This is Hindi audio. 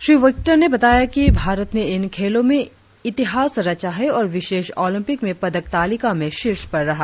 श्री विक्टर ने बताया कि भारत ने इन खेलों में इतिहास रचा है और विशेष ओलम्पिक में पदक तालिका में शीर्ष पर रहा